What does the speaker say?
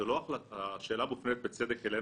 השאלה מופנית בצדק אלינו,